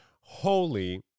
holy